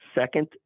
Second